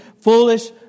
foolish